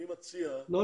אני מציע --- לא,